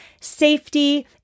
safety